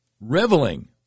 reveling